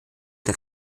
der